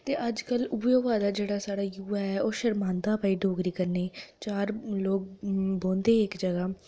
ते अज्जकल उ'ऐ होआ दा जेह्ड़ा साढ़ा युवा ऐ ओह् बई शर्मांदा ऐ डोगरी कन्नै चार लोक बोंह्दे इक जगह ते अजज